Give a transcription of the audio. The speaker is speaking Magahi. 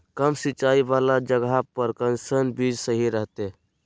कम सिंचाई वाला जगहवा पर कैसन बीज सही रहते?